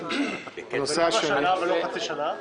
למה שנה ולא חצי שנה?